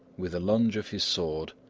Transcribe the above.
with a lunge of his sword,